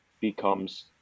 becomes